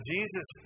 Jesus